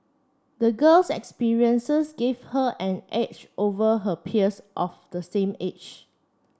the girl's experiences gave her an edge over her peers of the same age